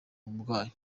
burwayi